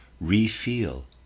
re-feel